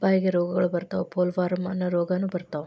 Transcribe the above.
ಬಾಯಿಗೆ ರೋಗಗಳ ಬರತಾವ ಪೋಲವಾರ್ಮ ಅನ್ನು ರೋಗಾನು ಬರತಾವ